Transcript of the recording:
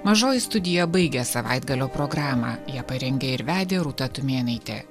mažoji studija baigė savaitgalio programą ją parengė ir vedė rūta tumėnaitė